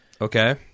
Okay